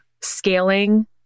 scaling